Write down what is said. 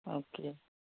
okay